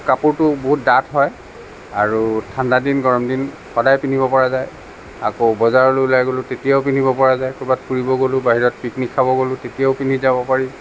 কাপোৰটো বহুত ডাঠ হয় আৰু ঠাণ্ডা দিন গৰম দিন সদায় পিন্ধিব পৰা যায় আকৌ বজাৰলৈ ওলাই গ'লো তেতিয়াও পিন্ধিব পৰা যায় ক'ৰ'বাত ফুৰিব গ'লো বাহিৰত পিকনিক খাব গ'লো তেতিয়াও পিন্ধি যাব পাৰি